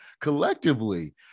collectively